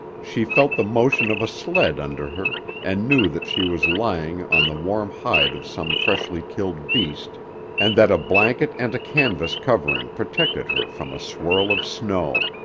she felt the motion of a sled under her and knew that she was lying on the warm hide of some freshly killed beast and that a blanket and a canvas covering protected her from a swirl of snow.